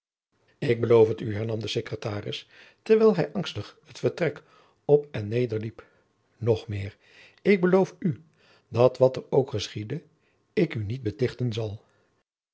ik beloof het u hernam de secretaris terwijl hij angstig het vertrek op en neder liep nog meer ik beloof u dat wat er ook geschiede ik u niet betichten zal